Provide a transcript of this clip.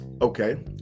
Okay